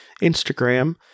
Instagram